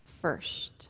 first